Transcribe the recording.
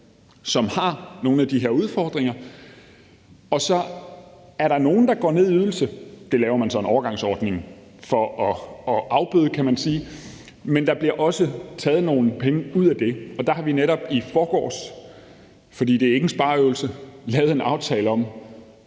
som har nogle af de her udfordringer. Så er der nogle, der går ned i ydelse – det laver man så en overgangsordning for at afbøde, kan man sige – men der bliver også taget nogle penge ud af det. Der har vi netop i forgårs, fordi det ikke er en spareøvelse, lavet en aftale om